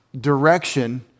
direction